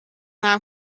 now